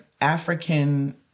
African